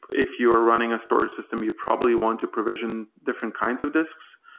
if you are running a store system, you probably want to provision different kinds of disks,